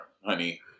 honey